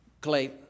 clay